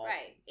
Right